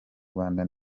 rwanda